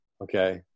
Okay